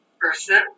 person